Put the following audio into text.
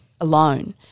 alone